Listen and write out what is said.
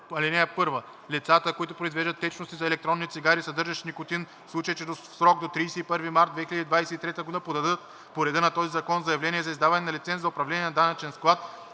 Лицата, които произвеждат течности за електронни цигари, съдържащи никотин, в случай че в срок до 31 март 2023 г. подадат по реда на този закон заявление за издаване на лиценз за управление на данъчен склад,